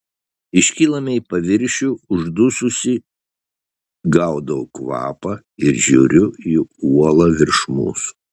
iškylame į paviršių uždususi gaudau kvapą ir žiūriu į uolą virš mūsų